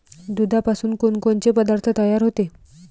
दुधापासून कोनकोनचे पदार्थ तयार होते?